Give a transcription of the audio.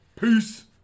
Peace